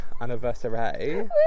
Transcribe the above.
anniversary